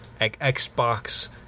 Xbox